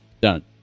done